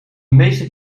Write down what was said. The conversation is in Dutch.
meeste